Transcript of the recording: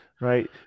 right